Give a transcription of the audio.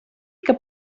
que